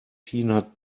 peanut